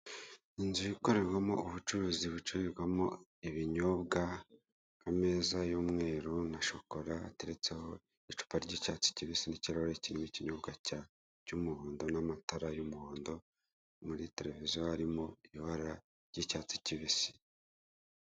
Inzu ikorerwamo ubucuruzi bucururirwamo ibinyobwa, ameza y'umweru na shokola ateretseho icupa ry'icyatsi kibisi n'ikirahure kirimo ikinyobwa cy'umuhondo n'amatara y'umuhondo, muri televiziyo harimo ibara ry'icyatsi kibisi.